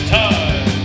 time